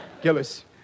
Gillis